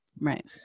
right